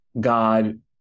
God